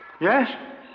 Yes